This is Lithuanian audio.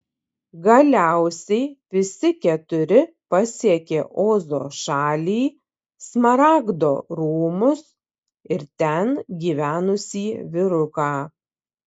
galiausiai visi keturi pasiekė ozo šalį smaragdo rūmus ir ten gyvenusį vyruką